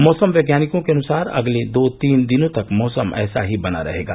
मौसम वैज्ञानिकों के अनुसार अगले दो तीन दिनों तक मौसम ऐसा ही बना रहेगा